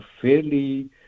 fairly